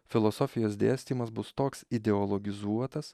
filosofijos dėstymas bus toks ideologizuotas